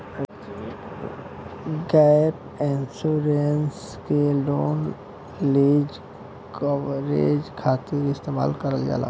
gap insurance के loan lease coverage खातिर इस्तेमाल करल जाला